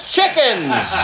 Chickens